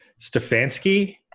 Stefanski